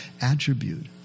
attribute